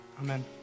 Amen